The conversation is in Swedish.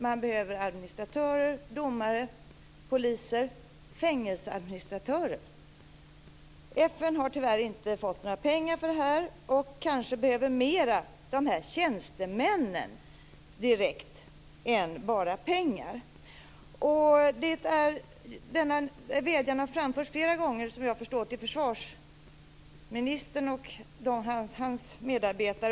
Man behöver administratörer, domare, poliser och fängelseadministratörer. FN har tyvärr inte fått några pengar för detta, och kanske är behovet större av de här tjänstemännen än av bara pengar. Denna vädjan har framförts flera gånger, som jag förstår, till försvarsministern och hans medarbetare.